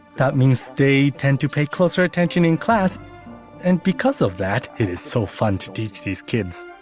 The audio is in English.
that means they tend to pay closer attention in class and, because of that, it is so fun to teach these kids.